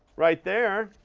right there,